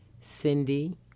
Cindy